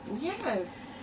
Yes